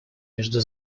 между